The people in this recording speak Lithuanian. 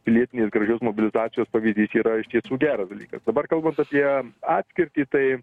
pilietinės gražios mobilitacijos pavyzdys yra iš tiesų geras dalykas dabar kalbant apie atskirtį tai